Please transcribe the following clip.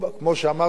כמו שאמרתי,